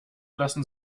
lassen